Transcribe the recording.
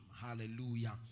hallelujah